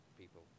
people